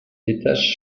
détachent